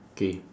K